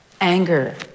anger